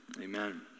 amen